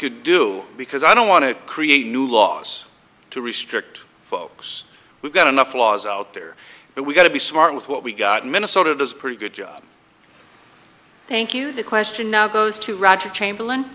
could do because i don't want to create new laws to restrict folks we've got enough laws out there but we've got to be smart with what we got in minnesota does a pretty good job thank you the question now goes to roger chamberlain